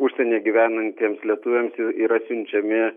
užsienyje gyvenantiems lietuviams yra siunčiami